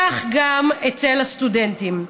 כך גם אצל הסטודנטים.